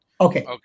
Okay